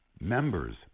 Members